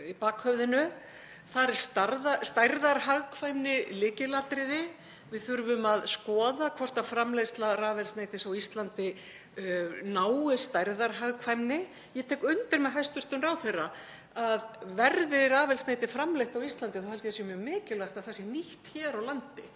í bakhöfðinu. Þar er stærðarhagkvæmni lykilatriði. Við þurfum að skoða hvort framleiðsla rafeldsneytis á Íslandi nái stærðarhagkvæmni. Ég tek undir með hæstv. ráðherra að verði rafeldsneyti framleitt á Íslandi þá held ég að sé mjög mikilvægt að það sé nýtt hér á landi.